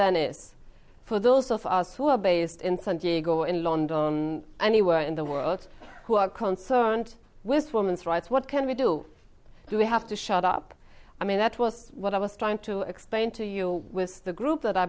then is for those of us who are based in san diego in london anywhere in the world who are concerned with women's rights what can we do do we have to shut up i mean that was what i was trying to explain to you with the group that i